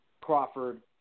Crawford